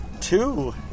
Two